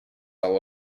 all